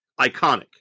iconic